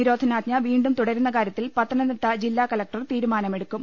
നിരോധനാജ്ഞ വീണ്ടും തുട രുന്ന കാര്യത്തിൽ പത്തനംതിട്ട ജില്ലാ കലക്ടർ തീരുമാനം എടു ക്കും